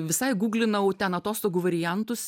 visai gūglinau ten atostogų variantus